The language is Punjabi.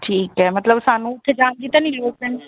ਠੀਕ ਹੈ ਮਤਲਬ ਸਾਨੂੰ ਉੱਥੇ ਜਾਣ ਦੀ ਤਾਂ ਨਹੀਂ ਲੋੜ ਪੈਣੀ